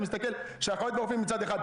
אתה מסתכל שהרופאים והאחיות מצד אחד,